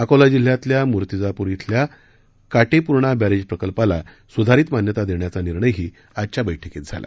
अकोला जिल्ह्यातल्या मूर्तिजापूर शिल्या काटेपूर्णा बर्षेज प्रकल्पाला सुधारित मान्यता देण्याचाही निर्णयही आजच्या बैठकीत झाला